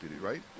right